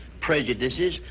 prejudices